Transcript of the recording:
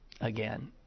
again